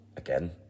again